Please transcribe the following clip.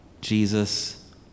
Jesus